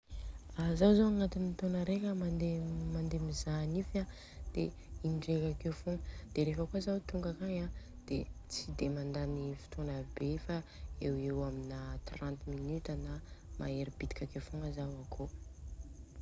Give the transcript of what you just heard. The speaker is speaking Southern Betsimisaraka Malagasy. Zaho zô agnatiny taona reka mandeha mizaha nify an de indreka akeo fogna, de rehefa kôa zao. Tonga akagny an de tsy de mandany fotoana be fa eo ho eo aminy trente minute na mahery bitika akeo fogna Zao akô.